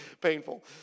painful